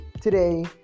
today